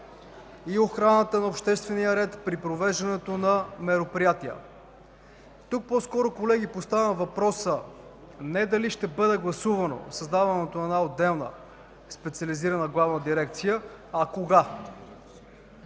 и охраната на обществения ред при провеждането на мероприятия. Тук по-скоро, колеги, поставям въпроса не дали ще бъде гласувано създаването на отделна специализирана Главна дирекция, а кога?